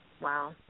Wow